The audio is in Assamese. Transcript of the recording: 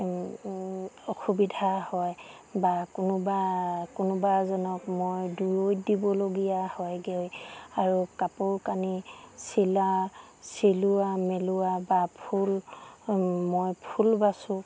অসুবিধা হয় বা কোনোবা কোনোবা এজনক মই দূৰৈত দিবলগীয়া হয়গৈ আৰু কাপোৰ কানি চিলা চিলোৱা মেলোৱা বা ফুল মই ফুল বাচোঁ